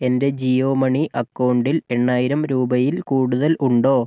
എൻ്റെ ജിയോ മണി അക്കൗണ്ടിൽ എണ്ണായിരം രൂപയിൽ കൂടുതൽ ഉണ്ടോ